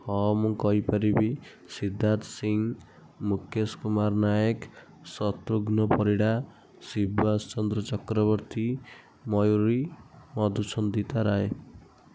ହଁ ମୁଁ କହିପାରିବି ସିଦ୍ଧାର୍ଥ ସିଂ ମୁକେଶ କୁମାର ନାଏକ ଶତୃଘ୍ନ ପରିଡ଼ା ଶିବାସ ଚନ୍ଦ୍ର ଚକ୍ରବର୍ତ୍ତୀ ମୟୂରୀ ମଧୁଛନ୍ଦିତା ରାୟ